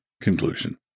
conclusion